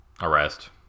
arrest